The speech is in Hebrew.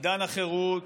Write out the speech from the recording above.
עידן החירות,